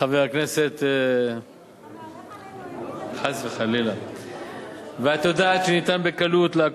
חבר הכנסת, טוב, מה אתה מהלך עלינו אימים?